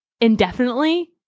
indefinitely